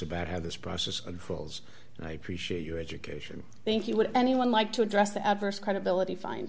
about how this process unfolds and i appreciate your education thank you would anyone like to address the adverse credibility find